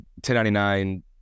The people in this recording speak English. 1099